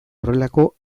horrelako